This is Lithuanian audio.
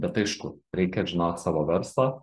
bet aišku reikia žinot savo verslą